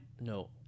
No